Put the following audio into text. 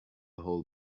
whole